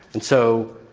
and so,